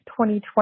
2020